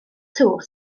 tŵr